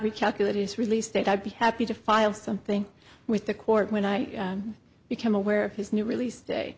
recalculate his release date i'd be happy to file something with the court when i become aware of his new release day